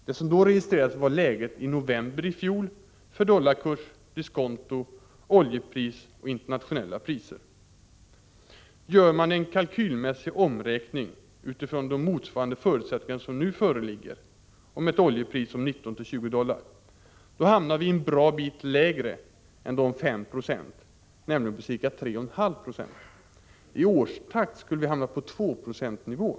Det som då registrerades var läget i november i fjol för dollarkurs, diskonto, oljepris och internationella priser. Gör man en kalkylmässig omräkning utifrån de motsvarande förutsättningar som nu föreligger — och med ett oljepris på 19-20 dollar — hamnar vi en bra bit lägre än 5 90, nämligen på ca 3 1/2 Ze. I årstakt skulle vi hamna på 2-procentsnivån.